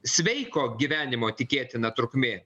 sveiko gyvenimo tikėtina trukmė